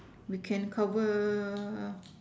we can cover